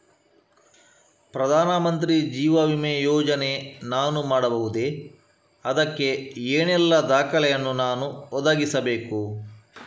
ಪ್ರಧಾನ ಮಂತ್ರಿ ಜೀವ ವಿಮೆ ಯೋಜನೆ ನಾನು ಮಾಡಬಹುದೇ, ಅದಕ್ಕೆ ಏನೆಲ್ಲ ದಾಖಲೆ ಯನ್ನು ನಾನು ಒದಗಿಸಬೇಕು?